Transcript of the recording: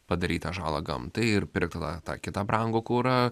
padarytą žalą gamtai ir pirk tada tą kitą brangų kurą